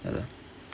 அதா:athaa